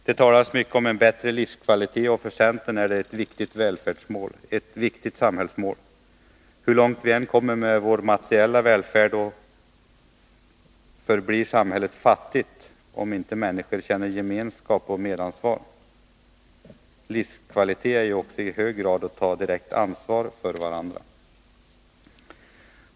Det talas mycket om en bättre livskvalitet, och för centern är det ett viktigt samhällsmål. Hur långt vi än kommer med vår materiella välfärd, förblir samhället fattigt om människor inte känner gemenskap och medansvar. Livskvalitet är också i hög grad att ta direkt ansvar för varandra.